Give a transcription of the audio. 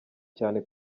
cyane